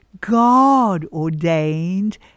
God-ordained